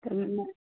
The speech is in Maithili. तऽ